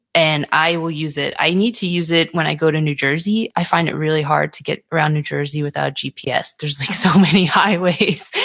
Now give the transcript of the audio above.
and i will use it. i need to use it when i go to new jersey. i find it really hard to get around new jersey without gps. there's so many highways.